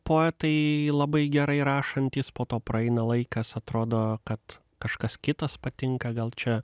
poetai labai gerai rašantys po to praeina laikas atrodo kad kažkas kitas patinka gal čia